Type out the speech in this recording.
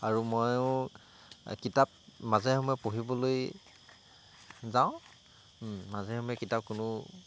আৰু ময়ো কিতাপ মাজে সময়ে পঢ়িবলৈ যাওঁ মাজে সময়ে কিতাপ কিনো